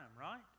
right